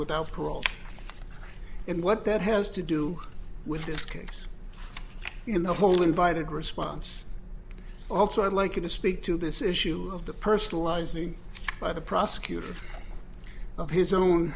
without parole and what that has to do with this case in the whole invited response also i'd like you to speak to this issue of the personalizing by the prosecutor of his